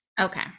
okay